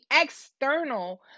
external